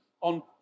on